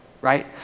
right